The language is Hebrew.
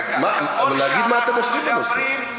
אבל להגיד מה אתם עושים בנושא.